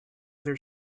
their